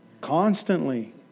constantly